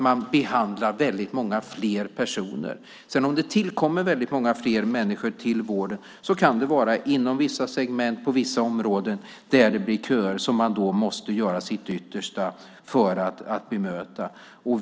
Man behandlar alltså väldigt många fler personer. Om det sedan tillkommer väldigt många fler människor till vården kan det inom vissa segment på vissa områden bli köer som man då måste göra sitt yttersta för att bemöta.